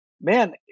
man